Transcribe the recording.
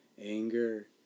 anger